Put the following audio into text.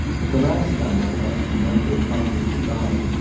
but the last time i asked a member of congress to dine,